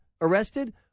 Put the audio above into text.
arrested